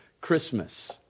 Christmas